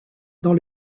dans